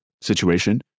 situation